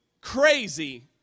crazy